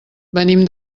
venim